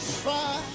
try